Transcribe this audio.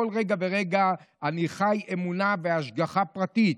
כל רגע ורגע אני חי אמונה והשגחה פרטית.